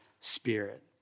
spirit